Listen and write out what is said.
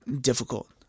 difficult